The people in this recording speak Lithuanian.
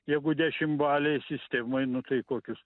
jeigu dešimbalei sistemoj nu tai kokius